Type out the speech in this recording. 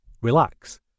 Relax